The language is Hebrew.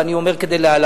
ואני אומר כדלהלן: